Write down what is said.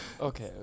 Okay